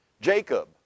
Jacob